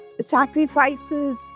sacrifices